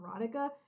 erotica